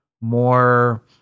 more